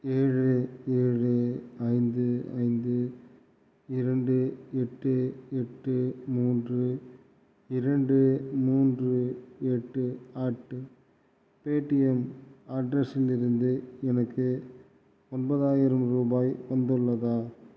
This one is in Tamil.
ஏழு ஏழு ஐந்து ஐந்து இரண்டு எட்டு எட்டு மூன்று இரண்டு மூன்று எட்டு அட் பேட்டிஎம் அட்ரஸிலிருந்து எனக்கு ஒன்பதாயிரம் ரூபாய் வந்துள்ளதா